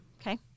Okay